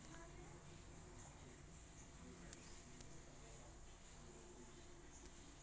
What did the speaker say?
ఎలాంటి వాతావరణ పరిస్థితుల్లో విత్తనాలు చెల్లాచెదరవుతయీ?